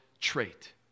trait